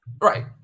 Right